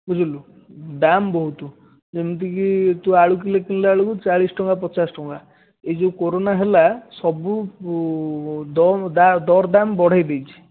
ବୁଝିଲୁ ଦାମ୍ ବହୁତ ଯେମିତିକି ତୁ ଆଳୁ କିଲେ କିଣିଲା ବେଳକୁ ଚାଳିଶ ଟଙ୍କା ପଚାଶ ଟଙ୍କା ଏଇ ଯେଉଁ କୋରୋନା ହେଲା ସବୁ ଦାମ୍ ଦର ଦାମ୍ ବଢ଼େଇ ଦେଇଛି